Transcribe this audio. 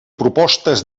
propostes